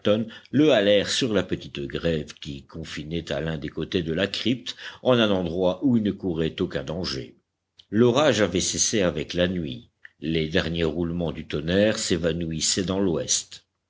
le halèrent sur la petite grève qui confinait à l'un des côtés de la crypte en un endroit où il ne courait aucun danger l'orage avait cessé avec la nuit les derniers roulements du tonnerre s'évanouissaient dans l'ouest